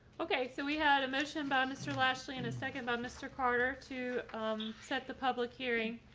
okay, so we had a motion and by mr. lashley. and a second by mr. carter to set the public hearing.